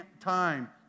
time